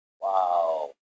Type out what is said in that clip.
wow